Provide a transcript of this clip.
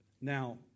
Now